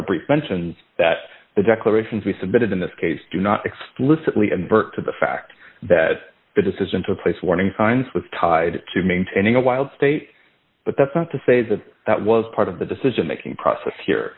mentions that the declarations we submitted in this case do not explicitly invert to the fact that the decision to place warning signs with tied to maintaining a wild state but that's not to say that that was part of the decision making process here